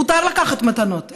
מותר לקחת מתנות,